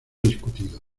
discutido